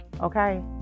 Okay